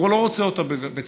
הוא לא רוצה אותה בצה"ל.